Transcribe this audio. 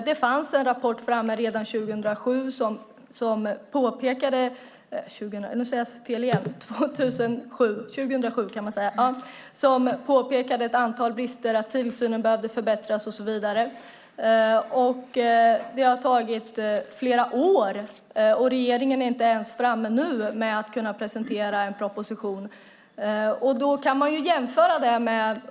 Det fanns en rapport redan 2007 där det påpekades ett antal brister, att tillsynen behövde förbättras och så vidare. Det har gått flera år, och regeringen är inte ens framme vid att kunna presentera en proposition. Man kan göra en jämförelse.